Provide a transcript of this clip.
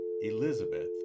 Elizabeth